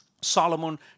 Solomon